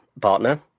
partner